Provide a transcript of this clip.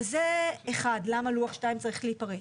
אז זה למה לוח2 צריך להיפרץ.